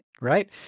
Right